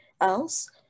else